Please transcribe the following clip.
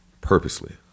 Purposely